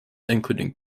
including